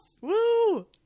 Woo